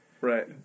Right